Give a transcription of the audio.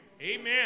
Amen